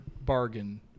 bargain